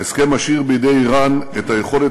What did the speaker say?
ההסכם משאיר בידי איראן את היכולת